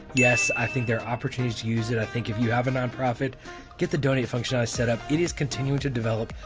yes, i think they're opportunities to use it. i think if you have a non-profit get the donate function set up it is continuing to develop,